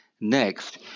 next